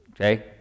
Okay